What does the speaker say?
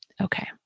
Okay